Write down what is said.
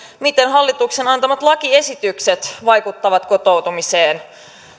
miten hallituksen antamat lakiesitykset vaikuttavat kotoutumiseen